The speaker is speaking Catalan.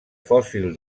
fòssil